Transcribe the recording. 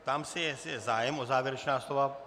Ptám se, jestli je zájem o závěrečná slova.